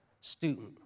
student